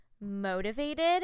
motivated